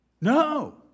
No